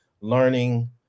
learning